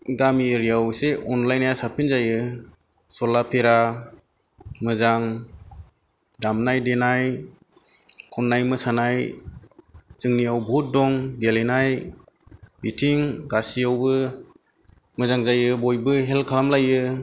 गामि एरियाआव एसे अनलायनाया साबसिन जायो सला फेरा मोजां दामनाय देनाय खननाय मोसानाय जोंनियाव बहुद दं गेलेनाय बिथिं गासैयावबो मोजां जायो बयबो हेल्प खालामलायो